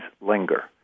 linger